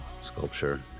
sculpture